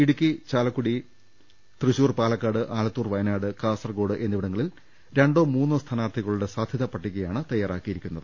ഇടുക്കി ചാലക്കുടിടതൃശൂർ പാലക്കാട് ആലത്തൂർ വയനാട് കാസർകോട് എന്നിവിടങ്ങളിൽ രണ്ടോ മൂന്നോ സ്ഥാനാർഥികളുടെ സാധ്യതാ പട്ടികയാണ് തയാറാക്കിയിരിക്കുന്നത്